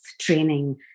training